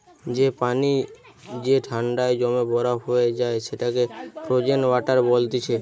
যে পানি যে ঠান্ডায় জমে বরফ হয়ে যায় সেটাকে ফ্রোজেন ওয়াটার বলতিছে